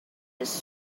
his